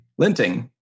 linting